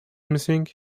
missing